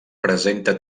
presenta